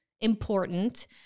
important